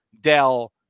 Dell